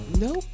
Nope